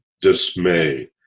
dismay